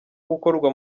gukorwa